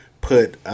put –